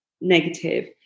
negative